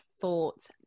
thought